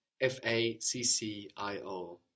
F-A-C-C-I-O